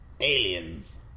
Aliens